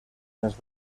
més